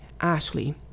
Ashley